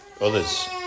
Others